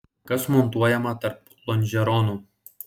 kas montuojama tarp lonžeronų